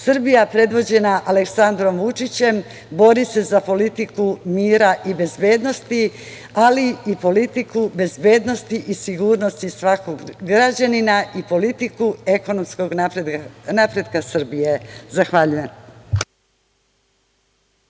Srbija, predvođena Aleksandrom Vučićem, bori se za politiku mira i bezbednosti, ali i politiku bezbednosti i sigurnosti svakog građanina i politiku ekonomskog napretka Srbije. Zahvaljujem.